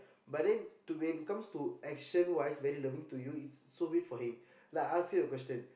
but then when it comes to action wise very loving to you it's so weird for him like I ask you a question